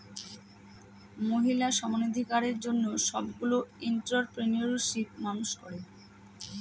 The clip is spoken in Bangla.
মহিলা সমানাধিকারের জন্য সবগুলো এন্ট্ররপ্রেনিউরশিপ মানুষ করে